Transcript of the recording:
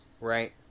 Right